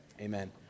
amen